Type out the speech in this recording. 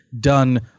done